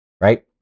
right